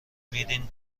میرین